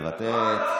מוותרת,